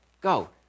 Go